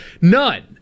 None